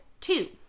two